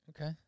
Okay